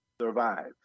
survive